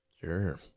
Sure